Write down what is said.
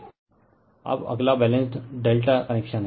refer slide time 1759 अब अगला balanced ∆ connection है